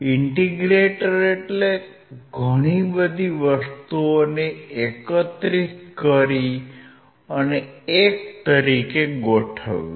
integrator એટલે ઘણી બધી વસ્તુઓને એકત્રિત કરી અને એક તરીકે ગોઠવવી